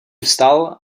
vstal